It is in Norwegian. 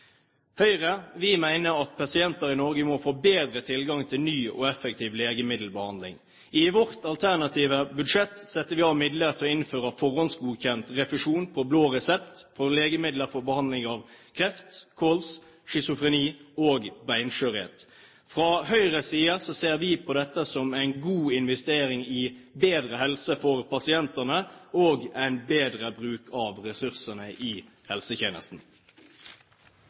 Høyre mener at pasienter i Norge må få bedre tilgang til ny og effektiv legemiddelbehandling. I vårt alternative budsjett setter vi av midler til å innføre forhåndsgodkjent refusjon på blå resept til legemidler for behandling av kreft, kols, schizofreni og beinskjørhet. Fra Høyres side ser vi på dette som en god investering i bedre helse for pasientene og bedre bruk av ressursene i helsetjenesten.